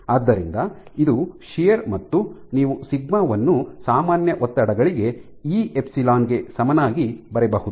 ಆದ್ದರಿಂದ ಇದು ಶಿಯರ್ ಮತ್ತು ನೀವು ಸಿಗ್ಮಾ ವನ್ನು ಸಾಮಾನ್ಯ ಒತ್ತಡಗಳಿಗೆ ಇ ಎಪ್ಸಿಲಾನ್ ಗೆ ಸಮನಾಗಿ ಬರೆಯಬಹುದು